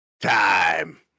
Time